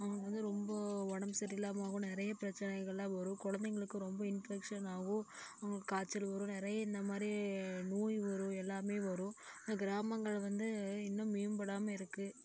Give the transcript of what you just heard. அவங்களுக்கு வந்து ரொம்ப உடம்பு சரியில்லாமல் போகும் நிறைய பிரச்சனைகள்லாம் வரும் குழந்தைகளுக்கு ரொம்ப இன்பெக்சன் ஆகும் அவங்களுக்கு காய்ச்சல் வரும் நிறைய இந்தமாதிரி நோய் வரும் எல்லாமே வரும் இந்த கிராமங்களை வந்து இன்னும் மேம்படாமல் இருக்குது